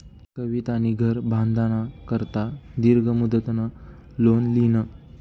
कवितानी घर बांधाना करता दीर्घ मुदतनं लोन ल्हिनं